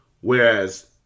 Whereas